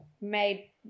Made